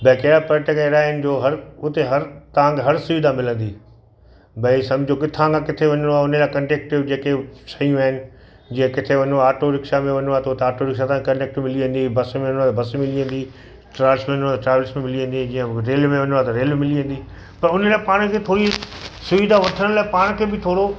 भई कहिड़ा पर्यटक अहिड़ा इन जो हर उते हर तव्हांखे हर सुविधा मिलंदी भई सम्झो किथां खां किथे वञिणो आहे उन जा कंडेक्टिव जेके शयूं आहिनि जीअं किथे वञिणो आहे आटोरिक्शा में वञिणो आहे त उतां आटोरिक्शा सां कनेक्ट मिली वेंदी बस में बस बि मिली वेंदी ट्रेविल्स में वञिणो आहे त ट्रेविल्स मिली वेंदी जीअं रेल में वञिणो आहे त रेल बि मिली वेंदी त उन लाइ पाण खे थोरी ईअं सुविधा वठण लाइ पाण खे बि थोरो